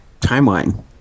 timeline